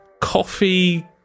coffee